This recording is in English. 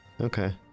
Okay